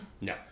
No